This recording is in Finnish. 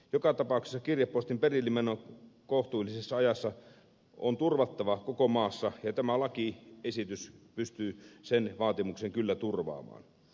joka tapauksessa kirjepostin perillemeno kohtuullisessa ajassa on turvattava koko maassa ja tämä lakiesitys pystyy sen vaatimuksen kyllä turvaamaan